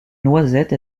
noisette